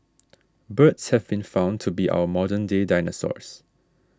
birds have been found to be our modern day dinosaurs